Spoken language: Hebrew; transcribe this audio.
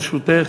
לרשותך.